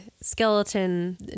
skeleton